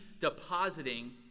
depositing